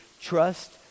trust